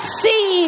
see